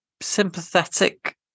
sympathetic